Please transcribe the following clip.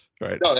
right